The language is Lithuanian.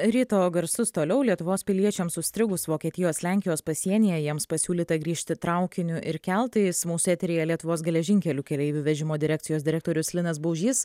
ryto garsus toliau lietuvos piliečiams užstrigus vokietijos lenkijos pasienyje jiems pasiūlyta grįžti traukiniu ir keltais mūsų eteryje lietuvos geležinkelių keleivių vežimo direkcijos direktorius linas baužys